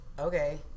okay